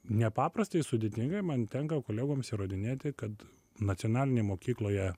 nepaprastai sudėtinga man tenka kolegoms įrodinėti kad nacionalinėj mokykloje